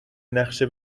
نقشه